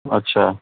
اچھا